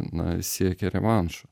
na siekia revanšo